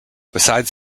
besides